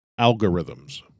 Algorithms